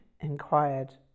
inquired